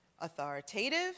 authoritative